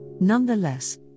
nonetheless